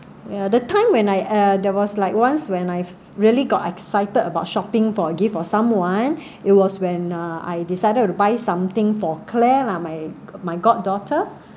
ya the time when I uh there was like once when I really got excited about shopping for a gift for someone it was when uh I decided to buy something for claire lah my my god daughter